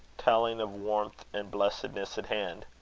telling of warmth and blessedness at hand.